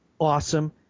awesome